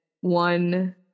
one